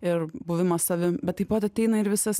ir buvimas savim bet taip pat ateina ir visas